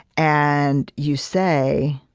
and you say,